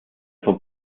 vom